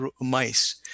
mice